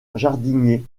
jardiniers